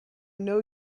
know